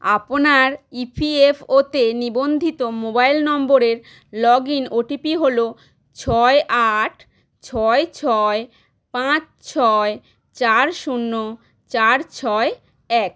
আপনার ইপিএফও তে নিবন্ধিত মোবাইল নম্বরের লগইন ওটিপি হলো ছয় আট ছয় ছয় পাঁচ ছয় চার শূন্য চার ছয় এক